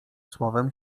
słowem